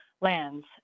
lands